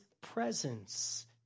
presence